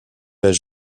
pas